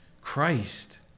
Christ